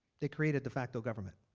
they created de facto government.